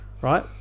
right